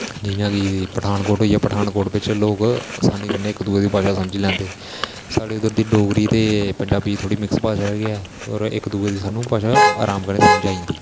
जि'यां कि पठानकोट होई गेआ पठानकोट बिच्च लोग आसानी कन्नै इक दुए दी भाशा समझी लैंदे साढ़ी इद्धर दी डोगरी ते पंजाबी मिक्स भाशा ऐ होर इक दुए दी भाशा अराम कन्नै समझ आई जंदी